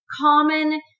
common